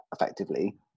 effectively